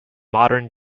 modern